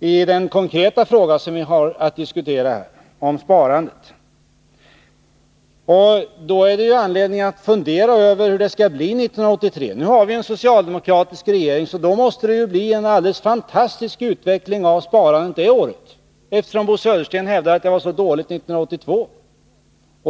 i den konkreta fråga som vi har att diskutera, nämligen sparandet. Då finns det anledning att fundera över hur det skall bli 1983. Nu har vi ju en socialdemokratisk regering, så då måste det väl bli en alldeles fantastisk utveckling av sparandet det året. Bo Södersten hävdar ju att sparandet var så dåligt 1982.